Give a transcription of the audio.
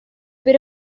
per